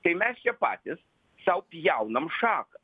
tai mes čia patys sau pjaunam šaką